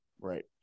right